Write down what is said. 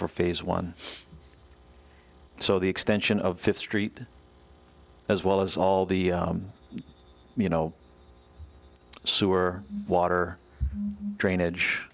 for phase one so the extension of fifth street as well as all the you know sewer water drainage